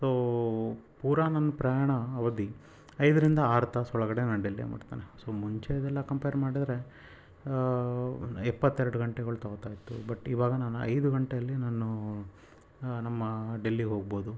so ಪೂರಾ ನನ್ನ ಪ್ರಯಾಣ ಅವಧಿ ಐದರಿಂದ ಆರು ತಾಸು ಒಳಗಡೆ ನಾನು ಡೆಲ್ಲಿ ಮುಟ್ತೇನೆ ಸೋ ಮುಂಚೆದೆಲ್ಲ ಕಂಪೇರ್ ಮಾಡಿದರೆ ಎಪ್ಪತ್ತೆರಡು ಗಂಟೆಗಳು ತಗೋತಾ ಇತ್ತು ಬಟ್ ಇವಾಗ ನಾನು ಐದು ಗಂಟೇಲಿ ನಾನು ನಮ್ಮ ಡೆಲ್ಲಿಗೆ ಹೋಗ್ಬೋದು